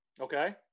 Okay